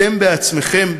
אתם עצמכם,